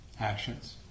actions